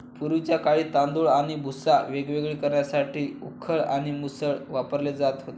पूर्वीच्या काळी तांदूळ आणि भुसा वेगवेगळे करण्यासाठी उखळ आणि मुसळ वापरले जात होते